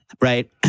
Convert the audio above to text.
right